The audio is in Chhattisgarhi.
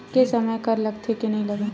के समय कर लगथे के नइ लगय?